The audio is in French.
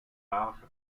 large